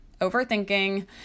overthinking